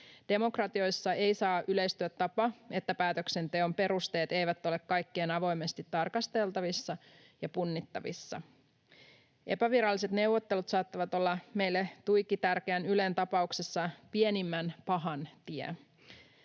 Demokratioissa ei saa yleistyä tapa, että päätöksenteon perusteet eivät ole kaikkien avoimesti tarkasteltavissa ja punnittavissa. Epäviralliset neuvottelut saattavat olla meille tuiki tärkeän Ylen tapauksessa pienimmän pahan tie.